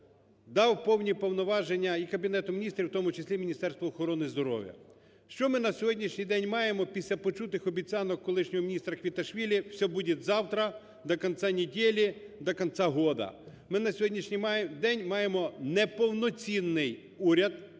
дав повні повноваження і Кабінету Міністрів, у тому числі Міністерству охорони здоров'я. Що ми на сьогоднішній день маємо після почутих обіцянок колишнього міністра Квіташвілі: все будет завтра, до конца недели, до конца года? Ми на сьогоднішній день маємо неповноцінний уряд,